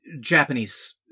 Japanese